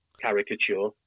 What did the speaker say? caricature